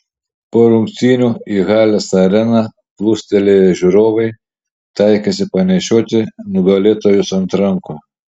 po rungtynių į halės areną plūstelėję žiūrovai taikėsi panešioti nugalėtojus ant rankų